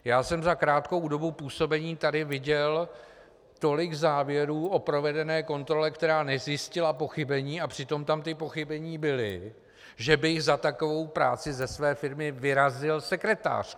Já jsem za krátkou dobu působení viděl tolik závěrů o provedené kontrole, která nezjistila pochybení, a přitom tam pochybení byla, že bych za takovou práci ze své firmy vyrazil sekretářku.